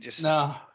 No